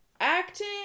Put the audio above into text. acting